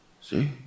See